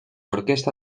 orquesta